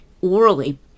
orally